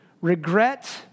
regret